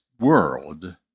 world